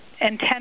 intent